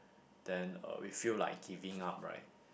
then uh we feel like giving up right